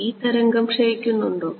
ഈ തരംഗം ക്ഷയിക്കുന്നുണ്ടോ